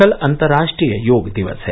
कल अंतर्राष्ट्रीय योग दिवस है